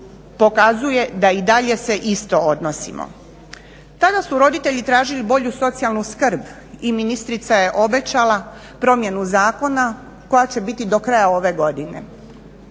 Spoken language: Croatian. da i dalje se isto odnosimo. Tada su roditelji tražili bolju socijalnu skrb i ministrica je obećala promjenu zakona koja će biti do kraja ove godine.